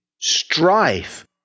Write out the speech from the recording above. strife